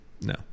No